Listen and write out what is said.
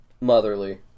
motherly